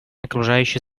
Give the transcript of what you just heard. окружающей